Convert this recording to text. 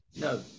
No